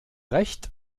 recht